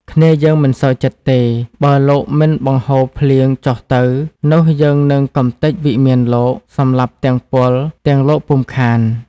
គ្នាយើងមិនសុខចិត្តទេ បើលោកមិនបង្ហូរភ្លៀងចុះទៅ នោះរយើងនឹងកម្ទេចវិមានលោក សម្លាប់ទាំងពល ទាំងលោកពុំខាន”។